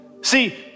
See